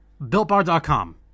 BuiltBar.com